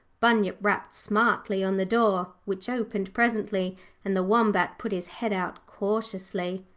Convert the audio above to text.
bunyip rapped smartly on the door which opened presently and the wombat put his head out cautiously.